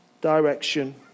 direction